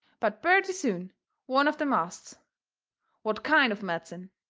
but purty soon one of them asts what kind of medicine?